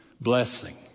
blessing